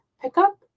pickup